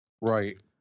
right